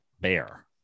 bear